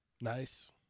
Nice